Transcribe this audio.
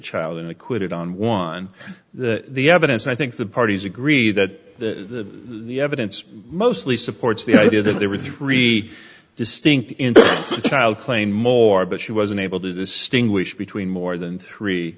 child in acquitted on one the evidence i think the parties agree that the the evidence mostly supports the idea that there were three distinct child claymore but she was unable to distinguish between more than three